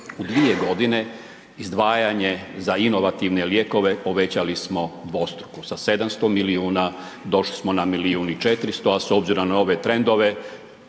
u dvije godine izdvajanje za inovativne lijekove povećali smo dvostruku sa 700 milijuna došli smo na milijun i 400 a s obzirom na ove trendove